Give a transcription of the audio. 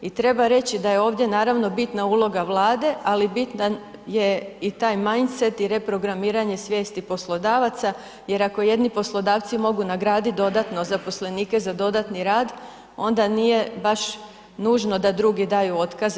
I treba reći da je ovdje naravno bitna uloga Vlade, ali bitan je i taj manji set i reprogramiranje svijesti poslodavaca jer ako jedni poslodavci mogu nagradit dodatno zaposlenike za dodatni rad onda nije baš nužno da drugi daju otkaze.